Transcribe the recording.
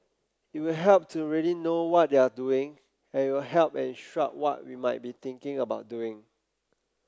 it will help to really know what they're doing and it will help and instruct what we might be thinking about doing